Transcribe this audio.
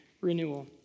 renewal